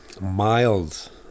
mild